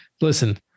Listen